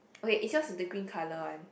okay is yours the green color one